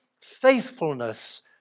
faithfulness